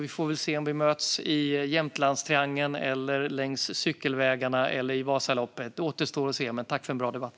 Vi får väl se om vi möts i Jämtlandstriangeln, längs cykelvägarna eller i Vasaloppet. Det återstår att se, men tack för en bra debatt!